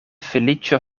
feliĉo